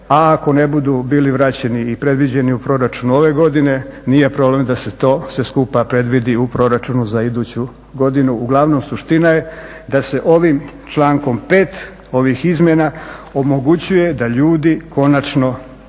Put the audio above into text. a ako ne budu bili vraćeni i predviđeni u proračunu ove godine, nije problem da se to sve skupa predvidi u proračunu za iduću godinu. Uglavnom suština je da se ovim člankom 5. ovih izmjena omogućuje da ljudi konačno skinu